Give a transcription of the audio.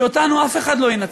כי אותנו אף אחד לא ינצח.